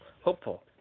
hopeful